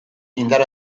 indar